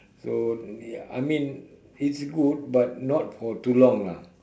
so ya I mean it's good but not for too long lah